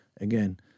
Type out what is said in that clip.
again